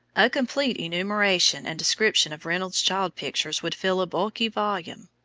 a complete enumeration and description of reynolds's child pictures would fill a bulky volume,